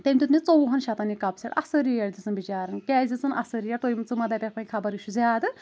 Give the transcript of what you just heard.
تٔمۍ دِیُت مےٚ ژۄوُہن شیٚتن یہِ کپ سیٚٹ اصل ریٹ دِژٕنۍ بِچارن کیازِ دِژٕنۍ اصل ریٹ تُہۍ ژٕ ما دپکھ وۄنۍ خبر یہِ چھُ زیادٕ